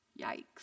Yikes